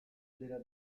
della